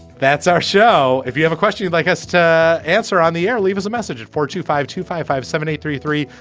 that's our show. if you have a question you'd like us to answer on the air leave us a message at four two five two five five seven eight three three.